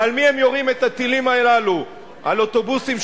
ועל מי הם יורים את הטילים הללו?